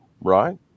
right